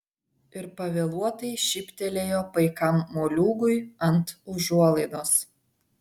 ir pavėluotai šyptelėjo paikam moliūgui ant užuolaidos